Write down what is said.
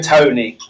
Tony